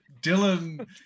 Dylan